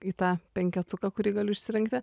į tą penketuką kurį galiu išsirinkti